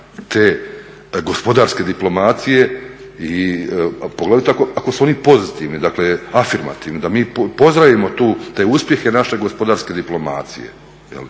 te gospodarske diplomacije poglavito ako su oni pozitivni, dakle afirmativni, da mi pozdravimo te uspjehe naše gospodarske diplomacije.